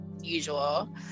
usual